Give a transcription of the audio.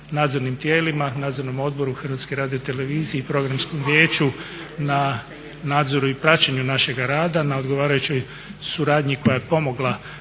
nadzornim tijelima, Nadzornom odboru Hrvatske radio televizije i Programskom vijeću na nadzoru i praćenju našega rada, na odgovarajućoj suradnji koja je pomogla